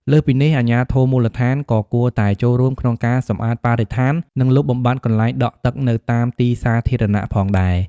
លើសពីនេះ អាជ្ញាធរមូលដ្ឋានក៏គួរតែចូលរួមក្នុងការសម្អាតបរិស្ថាន និងលុបបំបាត់កន្លែងដក់ទឹកនៅតាមទីសាធារណៈផងដែរ។